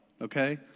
okay